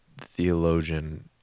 theologian